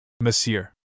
Monsieur